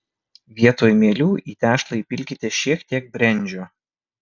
vietoj mielių į tešlą įpilkite šiek tiek brendžio